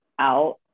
out